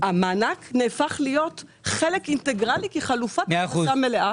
המענק נהפך להיות חלק אינטגרלי כחלופת הכנסה מלאה?